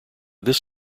this